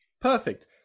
Perfect